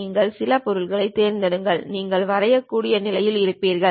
நீங்கள் சில பொருளைத் தேர்ந்தெடுங்கள் நீங்கள் வரையக்கூடிய நிலையில் இருப்பீர்கள்